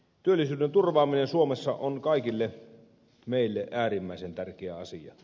työllisyyden turvaaminen suomessa on kaikille meille äärimmäisen tärkeä asia